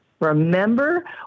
Remember